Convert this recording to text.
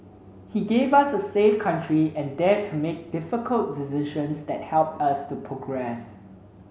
he gave us a safe country and dared to make difficult decisions that helped us to progress